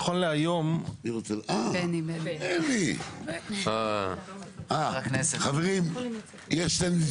כמו שנאמר נכון להיום יש חובה בפלח מסוים